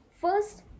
First